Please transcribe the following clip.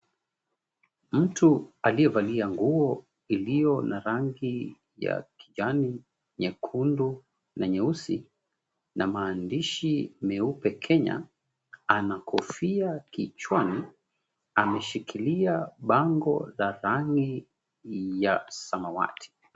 Mtu aliyevalia nguo iliyo na rangi ya kijani, nyekundu, na nyeusi, na maandishi meupe, "Kenya", ana kofia kichwani, ameshikilia bango la rangi ya samawati.